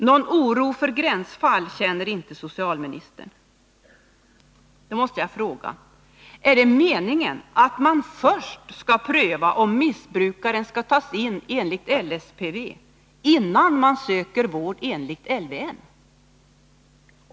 Någon oro för gränsfall känner inte socialministern. Är det meningen att man först skall pröva om missbrukaren skall tas in enligt LSPV, innan man söker vård enligt LYM?